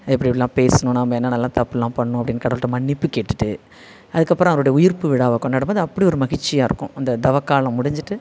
எப்படி எப்படிலாம் பேசணும் நம்ம என்னென்னலாம் தப்பெல்லாம் பண்ணிணோம் அப்படின்னு கடவுள்கிட்ட மன்னிப்பு கேட்டுவிட்டு அதுக்கப்புறம் அவரோட உயிர்ப்பு விழாவை கொண்டாடும்போது அப்படி ஒரு மகிழ்ச்சியாக இருக்கும் அந்த தவ காலம் முடிஞ்சுட்டு